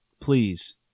please